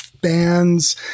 bands